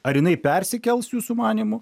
ar jinai persikels jūsų manymu